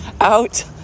out